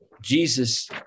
Jesus